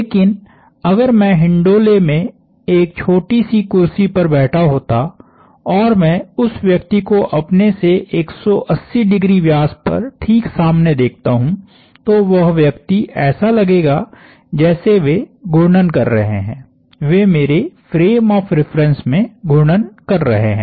लेकिन अगर मैं हिंडोले में एक छोटी सी कुर्सी पर बैठा होता और मैं उस व्यक्ति को अपने से 180 डिग्री व्यास पर ठीक सामने देखता हूं तो वह व्यक्ति ऐसा लगेगा जैसे वे घूर्णन कर रहे हैं वे मेरे फ्रेम ऑफ़ रिफरेन्स में घूर्णन कर रहे हैं